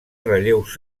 relleus